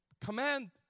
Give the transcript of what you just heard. Command